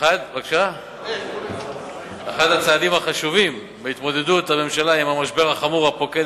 אחד הצעדים החשובים בהתמודדות הממשלה עם המשבר החמור הפוקד